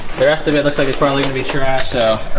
their estimate looks like he's probably gonna be sure half so